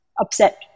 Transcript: upset